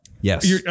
Yes